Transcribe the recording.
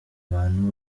bantu